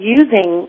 using